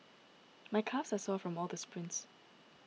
my calves are sore from all the sprints